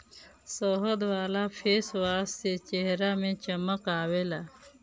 शहद वाला फेसवाश से चेहरा में चमक आवेला